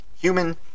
human